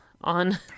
on